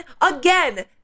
again